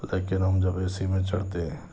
لیکن ہم جب اے سی میں چڑھتے